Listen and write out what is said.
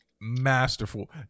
masterful